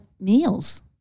meals